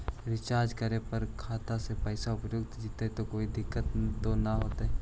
Recharge करे पर का खाता से पैसा उपयुक्त जितै तो कोई दिक्कत तो ना है?